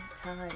time